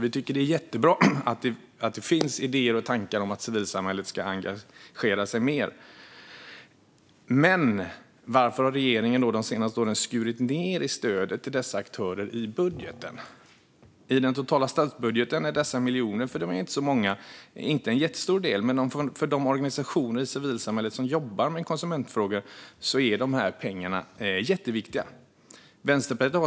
Vi tycker därför att det är jättebra att det finns idéer och tankar om att civilsamhället ska engagera sig mer. Men varför har då regeringen de senaste åren skurit ned i stödet till dessa aktörer i budgeten? I den totala statsbudgeten är dessa miljoner inte en jättestor del, men för de organisationer i civilsamhället som jobbar med konsumentfrågor är de här pengarna jätteviktiga.